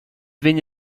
vegn